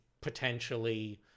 potentially